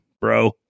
bro